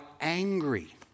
angry